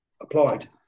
applied